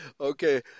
Okay